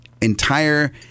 entire